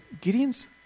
Gideon's